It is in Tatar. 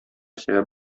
сәбәп